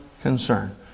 concern